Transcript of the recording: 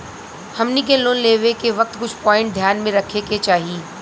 हमनी के लोन लेवे के वक्त कुछ प्वाइंट ध्यान में रखे के चाही